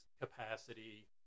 capacity